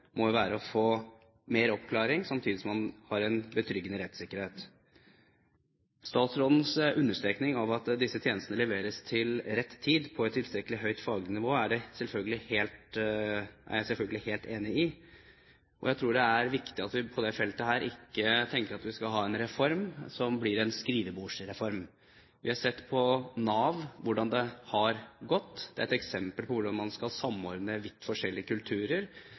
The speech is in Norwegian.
mer oppklaring samtidig som man har en betryggende rettssikkerhet. Statsrådens understrekning av at disse tjenestene leveres til rett tid på et tilstrekkelig høyt faglig nivå, er jeg selvfølgelig helt enig i. Jeg tror det er viktig at vi på det feltet ikke tenker at vi skal ha en reform som blir en skrivebordsreform. Vi har sett på Nav, hvordan det har gått. Det er et eksempel på hvordan man skal samordne vidt forskjellige kulturer.